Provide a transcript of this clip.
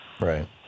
Right